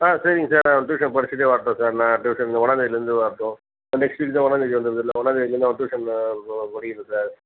ஆ சரிங்க சார் அவன் ட்யூஷன் படிச்சிகிட்டே வரட்டும் சார் நான் ட்யூஷன் இந்த ஒன்னாந்தேதிலர்ந்து வரட்டும் நெக்ஸ்ட்டு இந்த தான் ஒன்னாம்தேதி வந்துருதுல ஒன்னாம்தேதிலேர்ந்து அவன் ட்யூஷனில் ப படிக்கட்டும் சார்